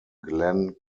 glenn